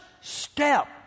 step